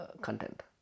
content